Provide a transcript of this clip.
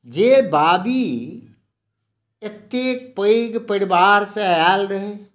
जे बाबी एतेक पैघ परिवारसॅं आयल रहै